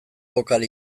bokal